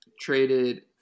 traded